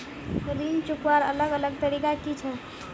ऋण चुकवार अलग अलग तरीका कि छे?